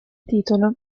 titolo